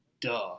Duh